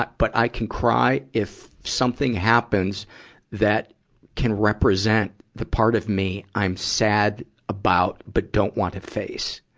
but but i can cry if something happens that can represent the part of me i'm sad about, but don't want to face.